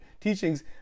teachings